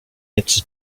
its